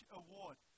award